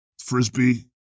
frisbee